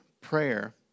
prayer